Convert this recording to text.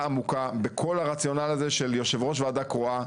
עמוקה בכל הרציונל של יושב ראש ועדה קרואה,